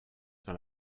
dans